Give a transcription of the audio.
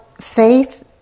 faith